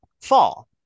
fall